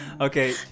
Okay